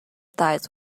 thighs